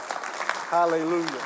Hallelujah